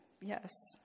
yes